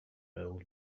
old